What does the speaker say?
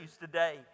today